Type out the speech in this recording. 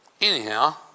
Anyhow